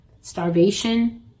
Starvation